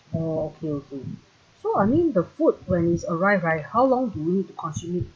oh okay okay so I mean the food when it's arrived right how long do we need to consume it